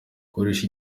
koresha